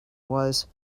was